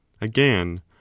Again